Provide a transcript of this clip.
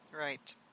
Right